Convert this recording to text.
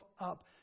up